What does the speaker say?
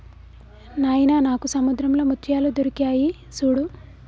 నాయిన నాకు సముద్రంలో ముత్యాలు దొరికాయి సూడు